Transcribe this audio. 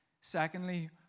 Secondly